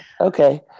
Okay